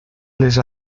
les